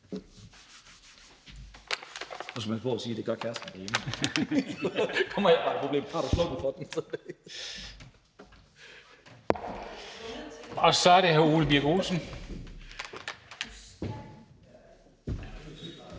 Så er det hr. Ole Birk Olesen.